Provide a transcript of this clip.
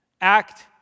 act